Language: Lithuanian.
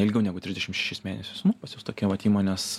ilgiau negu trisdešim šešis mėnesius nu pas juos tokia vat įmonės